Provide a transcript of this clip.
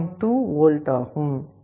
2 volt